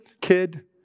kid